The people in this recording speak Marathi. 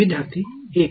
विद्यार्थी 1